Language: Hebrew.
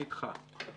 נדחה.